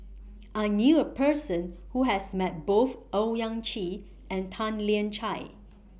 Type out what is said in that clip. I knew A Person Who has Met Both Owyang Chi and Tan Lian Chye